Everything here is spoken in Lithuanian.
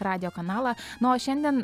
radijo kanalą na o šiandien